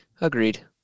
Agreed